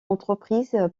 entreprise